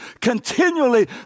continually